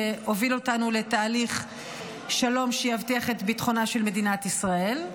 והוביל אותנו לתהליך שלום שיבטיח את ביטחונה של מדינת ישראל,